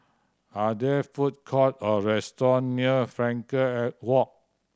are there food court or restaurant near Frankel Walk